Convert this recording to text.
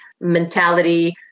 mentality